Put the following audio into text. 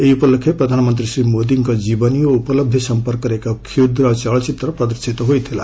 ଏହି ଉପଲକ୍ଷେ ପ୍ରଧାନମନ୍ତ୍ରୀ ଶ୍ରୀ ମୋଦିଙ୍କ ଜୀବନୀ ଓ ଉପଲବ୍ଧି ସମ୍ପର୍କରେ ଏକ କ୍ଷୁଦ୍ର ଚଳଚ୍ଚିତ୍ର ପ୍ରଦର୍ଶିତ ହୋଇଥିଲା